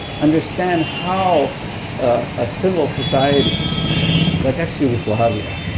understand how a civil society like ex-yugoslavia,